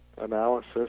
analysis